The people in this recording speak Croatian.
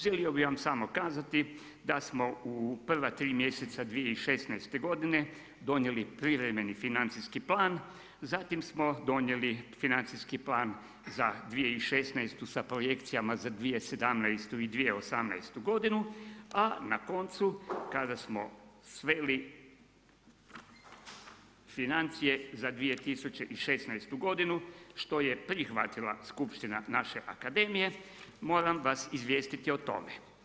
Želio bih vam samo kazati da smo u prva tri mjeseca 2016. godine donijeli privremeni financijski plan, zatim smo donijeli financijski plan za 2016. sa projekcijama za 2017. i 2018. godinu a na koncu kada smo sveli financije za 2016. godinu što je prihvatila skupština naše akademije moram vas izvijestiti o tome.